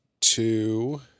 Two